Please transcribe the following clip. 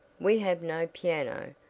we have no piano,